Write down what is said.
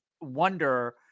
wonder